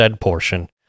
portion